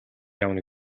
явна